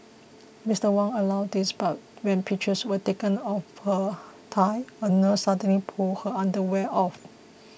Mister Huang allowed this but when pictures were taken of her thigh a nurse suddenly pulled her underwear off